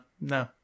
No